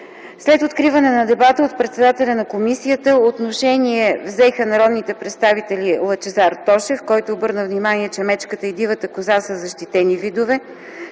След откриването на дебата от председателя н комисията, отношение взе народният представител Лъчезар Тошев, който обърна внимание, че мечката и дивата коза са защитени видове,